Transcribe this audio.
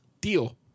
Deal